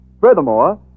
Furthermore